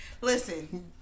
Listen